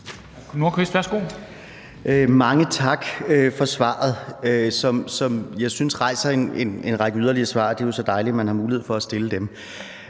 Mange tak for svaret, som jeg synes rejser en række yderligere spørgsmål, og det er jo så dejligt, at man har mulighed for at stille dem.